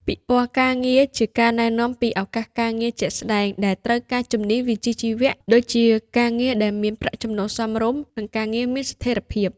ពិព័រណ៍ការងារ ជាការណែនាំពីឱកាសការងារជាក់ស្តែងដែលត្រូវការជំនាញវិជ្ជាជីវៈ ដូចជាការងារដែលមានប្រាក់ចំណូលសមរម្យ និងការងារមានស្ថិរភាព។